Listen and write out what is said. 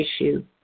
issue